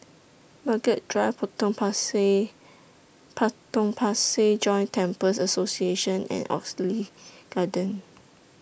Margaret Drive Potong Pasir Potong Pasir Joint Temples Association and Oxley Garden